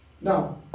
Now